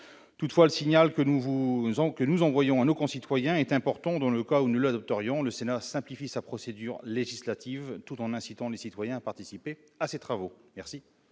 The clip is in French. nous vous disons que nous envoyons à nos concitoyens est important dans le cas où le taurillon le Sénat simplifie sa procédure législative, tout en incitant les citoyens à participer à ces travaux, merci.